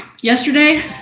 Yesterday